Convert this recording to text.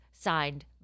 Signed